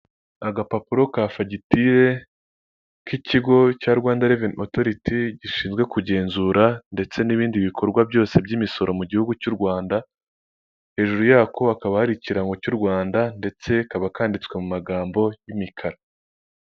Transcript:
Agapapuro ka fagitire k'ikigo cya Rwanda reveni otoriti gishinzwe kugenzura ndetse n'ibindi bikorwa byose by'imisoro mu gihugu cy'u Rwanda hejuru yako hakaba hari ikirangantego cy'uRwanda ndetse kakaba kanditse mu magambo y'umukara.